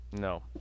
No